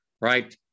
right